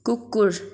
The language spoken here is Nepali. कुकुर